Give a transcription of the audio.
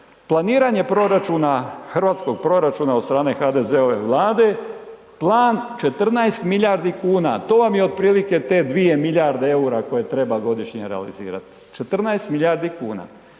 proračuna, hrvatskog proračuna od strane HDZ-ove Vlade, plan 14 milijardi kuna, to vam je otprilike te 2 milijarde eura koje treba godišnje realizirat, 14 milijardi kuna.